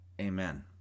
Amen